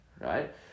right